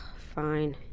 fine.